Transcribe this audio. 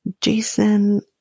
Jason